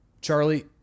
Charlie